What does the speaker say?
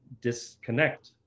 disconnect